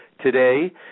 today